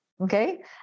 okay